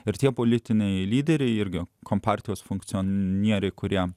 ir tie politiniai lyderiai irgi kompartijos funkcionieriai kurie